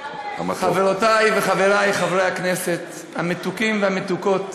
חברותי וחברי חברי הכנסת המתוקים והמתוקות